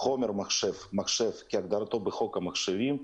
"חומר מחשב", "מחשב" כהגדרתם בחוק המחשבים,